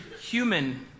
human